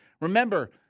Remember